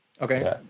Okay